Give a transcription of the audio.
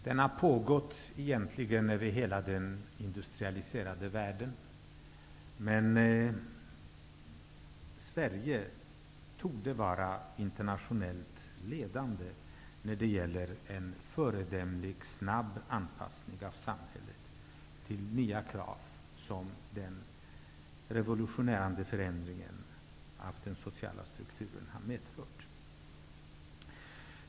Den har egentligen pågått över hela den industrialiserade världen, men Sverige torde vara internationellt ledande när det gäller en föredömligt snabb anpassning av samhället till de nya krav som den revolutionerande förändringen av den sociala strukturen har medfört.